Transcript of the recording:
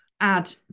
add